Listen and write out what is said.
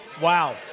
Wow